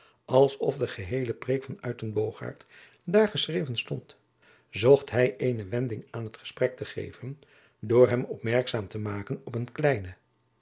of de geheele preêk van uytenbogaert daar geschreven stond zocht hij eene wending aan het gesprek te geven door hem opmerkzaam te maken op eene kleine